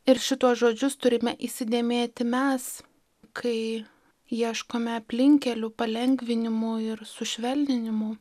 ir šituos žodžius turime įsidėmėti mes kai ieškome aplinkkelių palengvinimų ir sušvelninimų